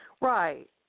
Right